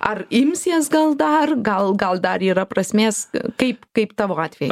ar imsies gal dar gal gal dar yra prasmės kaip kaip tavo atveju